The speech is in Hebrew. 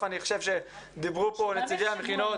אני חושב שבסוף דיברו פה נציגי המכינות.